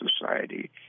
Society